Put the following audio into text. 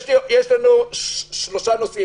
יש שלושה נושאים.